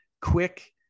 quick